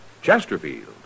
Chesterfield